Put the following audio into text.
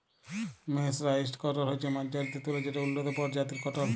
mercerised cotton হছে মাজ্জারিত তুলা যেট উল্লত পরজাতির কটল